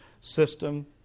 system